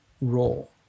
role